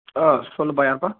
ஆ சொல்லுப்பா யாருப்பா